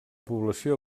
població